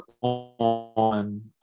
on